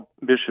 Bishop